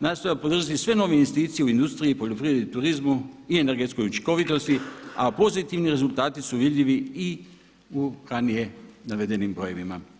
nastojala podržati sve nove investicije u industriji, poljoprivredi, turizmu i energetskoj učinkovitosti, a pozitivni rezultati su vidljivi i u ranije navedenim brojevima.